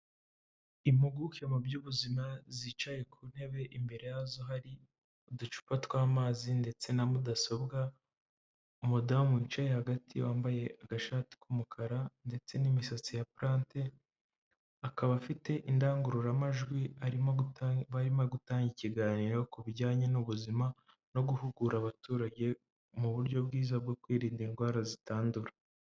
Impuguke mu by'ubuzima zicaye ku ntebe imbere yazo hari uducupa tw'amazi ndetse na mudasobwa, umudamu wicaye hagati wambaye agashati k'umukara ndetse n'imisatsi ya prante akaba afite indangururamajwi barimo gutanga ikiganiro ku bijyanye n'ubuzima no guhugura abaturage mu buryo bwiza bwo kwirinda indwara zitandura.